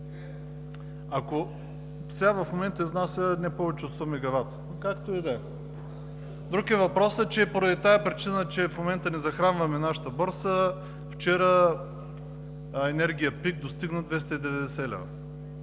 БСД ЛБ.) В момента изнася не повече от 100 мегавата, но както и да е. Друг е въпросът, че поради тази причина, че в момента не захранваме нашата борса, вчера енергия пик достигна 290 лв.,